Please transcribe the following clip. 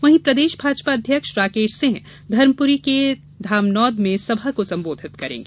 वहीं प्रदेश भाजपा अध्यक्ष राकेश सिंह धर्मपुरी के धामनौद में सभा को संबोधित करेंगी